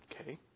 Okay